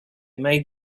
made